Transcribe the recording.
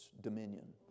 dominion